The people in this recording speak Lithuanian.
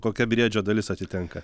kokia briedžio dalis atitenka